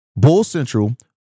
BULLCENTRAL